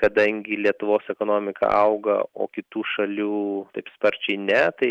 kadangi lietuvos ekonomika auga o kitų šalių taip sparčiai ne tai